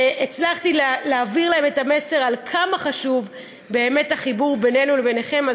והצלחתי להעביר להם את המסר עד כמה חשוב באמת החיבור בינינו לביניכם.